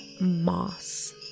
moss